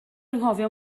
anghofio